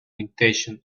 intention